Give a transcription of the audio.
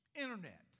Internet